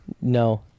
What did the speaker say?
No